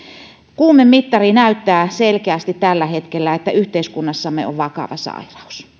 kuumemittari näyttää selkeästi tällä hetkellä että yhteiskunnassamme on vakava sairaus